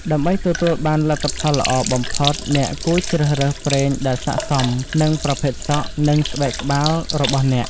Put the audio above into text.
ដើម្បីទទួលបានលទ្ធផលល្អបំផុត អ្នកគួរជ្រើសរើសប្រេងដែលស័ក្តិសមនឹងប្រភេទសក់ និងស្បែកក្បាលរបស់អ្នក។